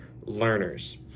learners